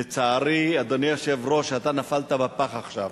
לצערי, אדוני היושב-ראש, אתה נפלת בפח עכשיו.